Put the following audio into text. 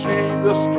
Jesus